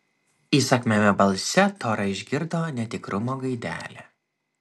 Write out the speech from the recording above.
įsakmiame balse tora išgirdo netikrumo gaidelę